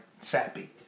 sappy